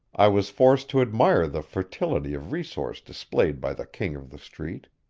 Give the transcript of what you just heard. i was forced to admire the fertility of resource displayed by the king of the street.